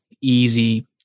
easy